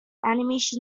animation